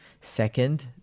Second